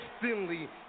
Finley